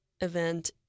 event